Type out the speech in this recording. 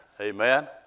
Amen